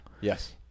Yes